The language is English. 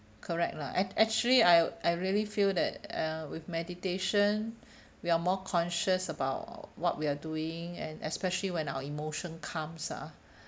correct lah act actually I I really feel that uh with meditation we are more conscious about what we're doing and especially when our emotion comes ah